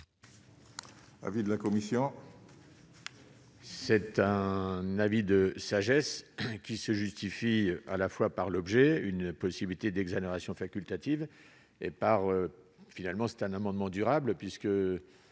C'est un avis de sagesse qui se justifie à la fois par l'objet une possibilité d'exonération facultative et par, finalement c'est